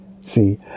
See